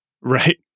Right